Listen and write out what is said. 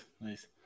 Nice